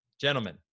gentlemen